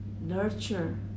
nurture